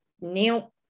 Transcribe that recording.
no